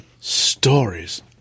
Stories